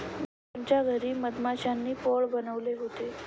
गुनगुनच्या घरी मधमाश्यांनी पोळं बनवले होते